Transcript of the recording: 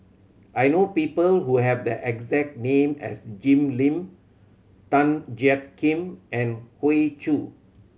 I know people who have the exact name as Jim Lim Tan Jiak Kim and Hoey Choo